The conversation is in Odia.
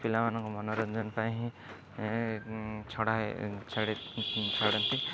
ପିଲାମାନଙ୍କ ମନୋରଞ୍ଜନ ପାଇଁ ହିଁ ଛଡ଼ା ଛାଡ଼ି ଛାଡ଼ନ୍ତି